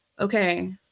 okay